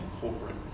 corporate